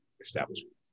establishments